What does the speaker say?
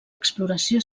exploració